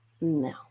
no